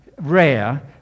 rare